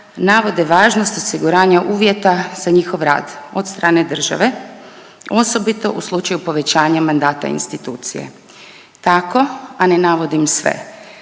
navode važnost osiguranja uvjeta za njihov rad od strane države osobito u slučaju povećanja mandata institucije. Tako a ne navodim sve,